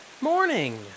morning